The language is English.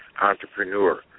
entrepreneur